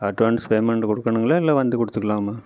advance payment கொடுக்கணுங்களா இல்லை வந்து கொடுத்துக்குலாமா